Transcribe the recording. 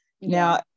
now